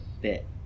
bit